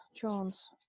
Jones